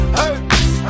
hurts